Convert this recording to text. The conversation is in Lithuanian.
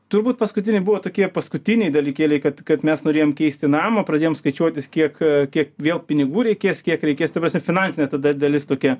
turbūt paskutiniai buvo tokie paskutiniai dalykėliai kad kad mes norėjom keisti namą pradėjom skaičiuotis kiek kiek vėl pinigų reikės kiek reikės ta prasme finansinė ta da dalis tokia